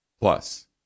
Plus